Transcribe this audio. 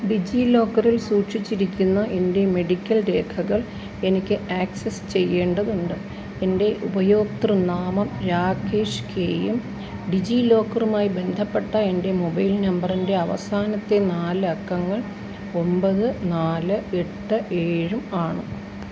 ഡിജിലോക്കറിൽ സൂക്ഷിച്ചിരിക്കുന്ന എൻ്റെ മെഡിക്കൽ രേഖകൾ എനിക്ക് ആക്സസ് ചെയ്യേണ്ടതുണ്ട് എൻ്റെ ഉപയോക്തൃനാമം രാകേഷ് കെയും ഡിജിലോക്കറുമായി ബന്ധപ്പെട്ട എൻ്റെ മൊബൈൽ നമ്പറിൻ്റെ അവസാനത്തെ നാല് അക്കങ്ങൾ ഒമ്പത് നാല് എട്ട് ഏഴും ആണ്